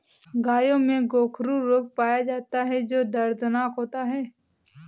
गायों में गोखरू रोग पाया जाता है जो दर्दनाक होता है